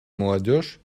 молодежь